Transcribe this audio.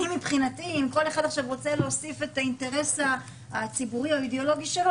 אם כל אחד רוצה להוסיף את האינטרס הציבורי האידיאולוגי שלו